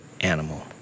animal